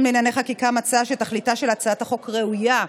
לענייני חקיקה מצאה שתכליתה של הצעת החוק ראויה,